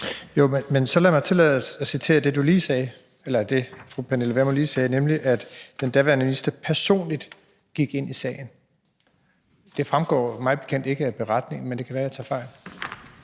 (S): Men så tillad mig at citere det, fru Pernille Vermund lige sagde, nemlig at den daværende minister personligt gik ind i sagen. Det fremgår mig bekendt ikke af beretningen, men det kan være, at jeg tager fejl.